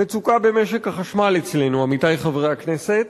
מצוקה במשק החשמל אצלנו, עמיתי חברי הכנסת,